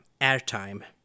airtime